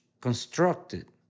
constructed